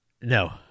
No